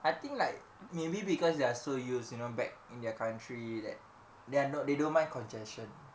I think like maybe because they are so used you know back in their country that they are not they don't mind congestion